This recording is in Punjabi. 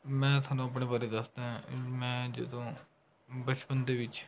ਮੈਂ ਤੁਹਾਨੂੰ ਆਪਣੇ ਬਾਰੇ ਦੱਸਦਾ ਮੈਂ ਜਦੋਂ ਬਚਪਨ ਦੇ ਵਿੱਚ